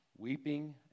Weeping